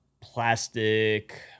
plastic